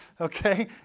Okay